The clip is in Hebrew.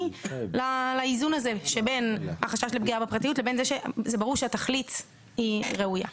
לאיזון הזה שבין החשש לפגיעה בפרטיות לבין זה שברור שהתכלית היא ראויה.